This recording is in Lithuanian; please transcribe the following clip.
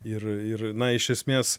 ir ir na iš esmės